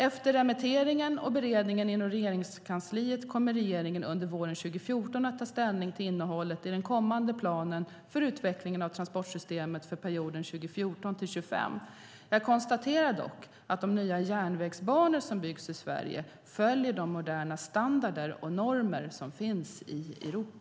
Efter remitteringen och beredningen inom Regeringskansliet kommer regeringen under våren 2014 att ta ställning till innehållet i den kommande planen för utveckling av transportsystemet för perioden 2014-2025. Jag konstaterar dock att de nya järnvägsbanor som byggs i Sverige följer de moderna standarder och normer som finns i Europa.